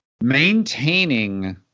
maintaining